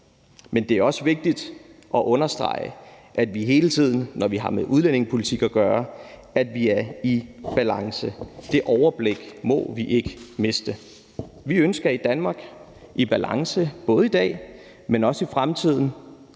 Men det er også vigtigt at understrege, at vi, når vi har med udlændingepolitik at gøre, hele tiden er i balance. Det overblik må vi ikke miste. Vi ønsker et Danmark i balance både i dag, men også i fremtiden,